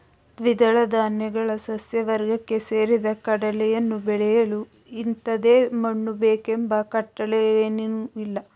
ದ್ವಿದಳ ಧಾನ್ಯಗಳ ಸಸ್ಯವರ್ಗಕ್ಕೆ ಸೇರಿದ ಕಡಲೆಯನ್ನು ಬೆಳೆಯಲು ಇಂಥದೇ ಮಣ್ಣು ಬೇಕೆಂಬ ಕಟ್ಟಳೆಯೇನೂಇಲ್ಲ